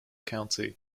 county